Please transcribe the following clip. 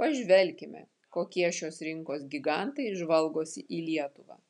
pažvelkime kokie šios rinkos gigantai žvalgosi į lietuvą